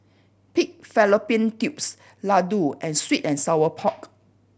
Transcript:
pig fallopian tubes laddu and sweet and sour pork